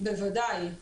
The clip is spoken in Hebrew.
בוודאי.